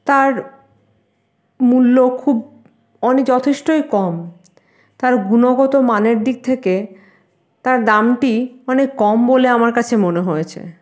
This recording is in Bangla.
তার মূল্য খুব যথেষ্টই কম তার গুণগত মানের দিক থেকে তার দামটি অনেক কম বলে আমার কাছে মনে হয়েছে